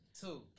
Two